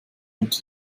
unter